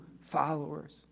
followers